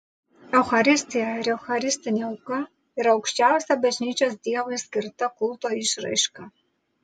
eucharistija ir eucharistinė auka yra aukščiausia bažnyčios dievui skirta kulto išraiška